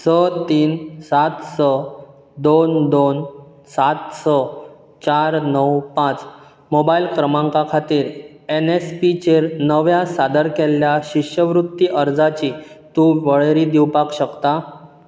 स तीन सात स दोन दोन सात स चार णव पांच मोबायल क्रमांका खातीर एन एस पी चेर नव्या सादर केल्ल्या शिश्यवृत्ती अर्जांची तूं वळेरी दिवपाक शकता